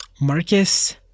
Marcus